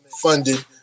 funded